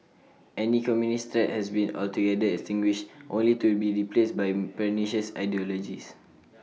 any communist has been altogether extinguished only to be replaced by pernicious ideologies